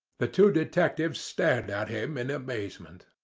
the two detectives stared at him in amazement.